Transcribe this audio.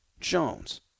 Jones